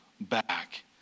back